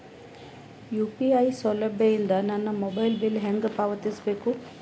UPI ಸೌಲಭ್ಯ ಇಂದ ನನ್ನ ಮೊಬೈಲ್ ಬಿಲ್ ಹೆಂಗ್ ಪಾವತಿಸ ಬೇಕು?